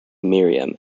miriam